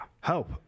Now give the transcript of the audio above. help